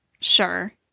Sure